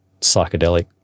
psychedelic